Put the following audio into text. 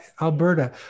Alberta